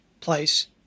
place